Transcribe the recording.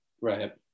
Right